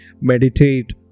meditate